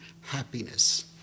happiness